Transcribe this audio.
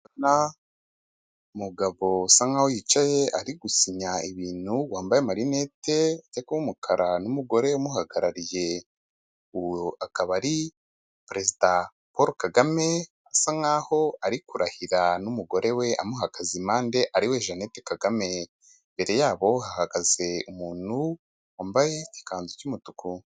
Mugabo usa nkaho yicaye ari gusinya ibintu wambaye marinete w'umukara n'umugore umuhagarariye ubu akaba ari perezida Paul Kagame asa nkaho ari kurahira n'umugore we amuhagaze impande ariwe Jeannette Kagame imbere yabo hahagaze umuntu wambaye ikanzu y'umutuku.